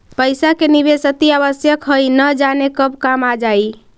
पइसा के निवेश अतिआवश्यक हइ, न जाने कब काम आ जाइ